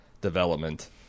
development